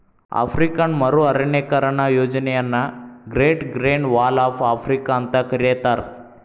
African ಮರು ಅರಣ್ಯೇಕರಣ ಯೋಜನೆಯನ್ನ great green wall of Africa ಅಂತ ಕರೇತಾರ